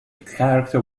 character